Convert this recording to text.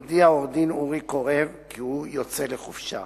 הודיע עורך-הדין אורי קורב כי הוא יוצא לחופשה.